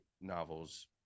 novels